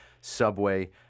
subway